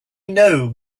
know